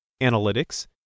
analytics